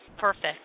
perfect